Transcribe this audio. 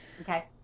okay